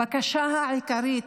הבקשה העיקרית,